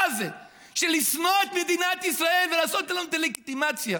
הזה של לשנוא את מדינת ישראל ולעשות לה דה-לגיטימציה,